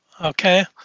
Okay